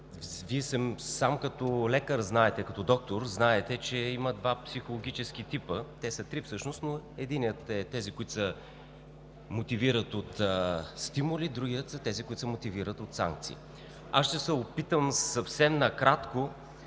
Вие сам като лекар, като доктор знаете, че има два психологически типа, те са три всъщност, но единият са тези, които се мотивират от стимули, другият – които се мотивират от санкции. Ще се опитам съвсем накратко